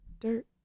Dirt